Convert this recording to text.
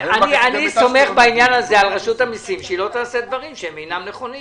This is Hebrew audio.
אני סומך על רשות המיסים בעניין הזה שהיא לא תעשה דברים שאינם נכונים.